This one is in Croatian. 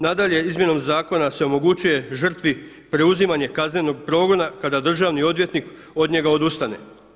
Nadalje izmjenom zakona se omogućuje žrtvi preuzimanje kaznenog progona kada državni odvjetnik od njega odustane.